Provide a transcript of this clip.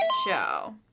show